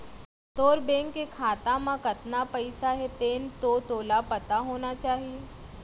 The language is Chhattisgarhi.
तोर बेंक के खाता म कतना पइसा हे तेन तो तोला पता होना चाही?